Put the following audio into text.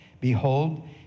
Behold